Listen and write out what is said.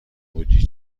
بودی